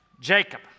Jacob